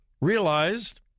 realized